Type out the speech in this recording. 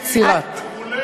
קצירת.